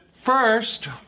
First